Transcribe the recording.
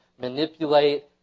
manipulate